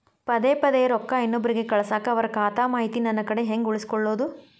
ಪದೆ ಪದೇ ರೊಕ್ಕ ಇನ್ನೊಬ್ರಿಗೆ ಕಳಸಾಕ್ ಅವರ ಖಾತಾ ಮಾಹಿತಿ ನನ್ನ ಕಡೆ ಹೆಂಗ್ ಉಳಿಸಿಕೊಳ್ಳೋದು?